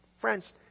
Friends